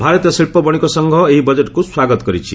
ଭାରତୀୟ ଶିଳ୍ପ ବଣିକ ସଂଘ ଏହି ବଜେଟ୍କୁ ସ୍ୱାଗତ କରିଛି